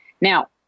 Now